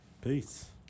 peace